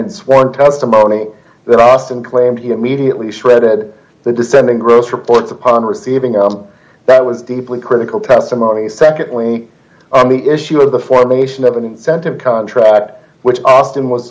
one testimony that austin claimed he immediately shredded the descending gross reports upon receiving a that was deeply critical testimony secondly on the issue of the formation of an incentive contract which austin was